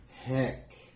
heck